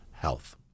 health